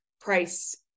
price